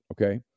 Okay